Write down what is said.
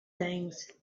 things